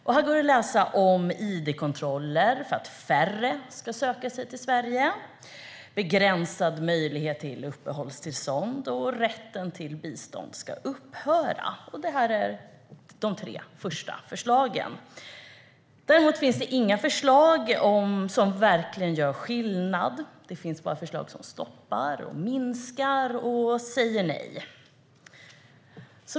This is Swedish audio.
Här går det att läsa om id-kontroller för att färre ska söka sig till Sverige, begränsad möjlighet till uppehållstillstånd och att rätten till bistånd ska upphöra. Det är de tre första förslagen. Däremot finns det inga förslag som verkligen gör skillnad; det finns bara förslag som stoppar, minskar och säger nej.